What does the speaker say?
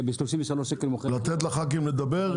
לתת לח"כים לדבר,